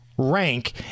rank